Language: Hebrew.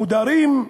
מודרים,